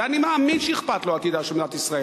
ואני מאמין שאכפת לו עתידה של מדינת ישראל,